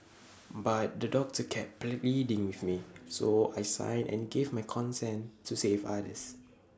but the doctor kept pleading with me so I signed and gave my consent to save others